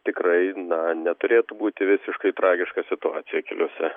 tikrai na neturėtų būti visiškai tragiška situacija keliuose